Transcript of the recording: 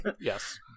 yes